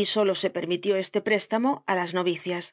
y solo se permitió este préstamo á las novicias